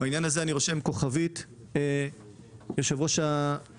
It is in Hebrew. בעניין הזה אני רושם כוכבית, יושב-ראש הוועדה.